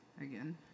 again